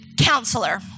counselor